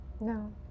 No